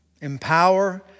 empower